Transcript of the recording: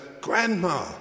Grandma